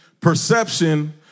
Perception